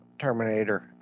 Terminator